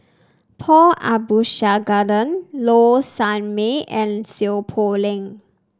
Paul Abisheganaden Low Sanmay and Seow Poh Leng